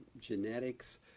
genetics